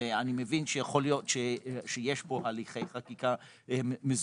אני מבין שיכול להיות שיש פה הליכי חקיקה מזורזים.